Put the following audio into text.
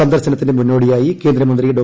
സന്ദർശനത്തിന് മുന്നോടിയായി കേന്ദ്രമന്ത്രി ഡോ